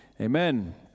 Amen